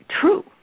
true